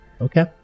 okay